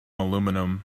aluminium